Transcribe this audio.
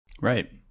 Right